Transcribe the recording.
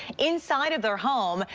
inside of their home,